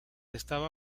estaba